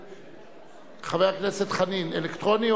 חבר הכנסת חנין, אלקטרוני?